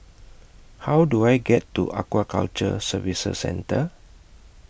How Do I get to Aquaculture Services Centre